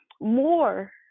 more